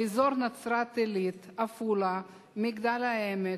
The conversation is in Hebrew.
באזור נצרת-עילית, עפולה, מגדל-העמק,